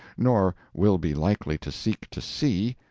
nor will be likely to seek to see,